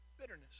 Bitterness